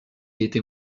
était